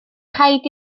rhaid